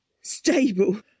stable